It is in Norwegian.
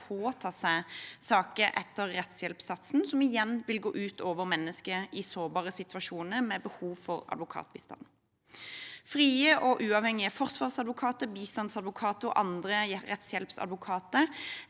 påta seg saker etter rettshjelpssatsen, noe som igjen vil gå ut over mennesker i sårbare situasjoner med behov for advokatbistand. Frie og uavhengige forsvarsadvokater, bistandsadvokater og andre rettshjelpsadvokater